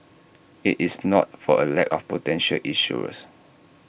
IT is not for A lack of potential issuers